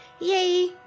Yay